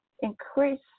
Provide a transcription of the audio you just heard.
increase